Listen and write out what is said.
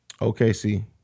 OKC